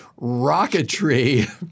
rocketry